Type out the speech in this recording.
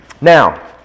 Now